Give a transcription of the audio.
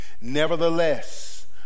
Nevertheless